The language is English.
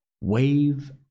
Wave